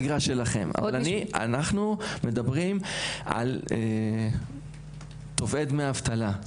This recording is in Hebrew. אבל אנחנו מדברים על דמי אבטלה.